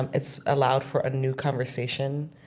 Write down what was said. and it's allowed for a new conversation,